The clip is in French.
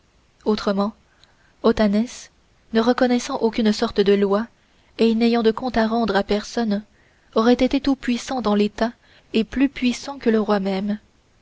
autrement otanès ne reconnaissant aucune sorte de loi et n'ayant de compte à rendre à personne aurait été tout-puissant dans l'état et plus puissant que le roi même